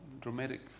dramatic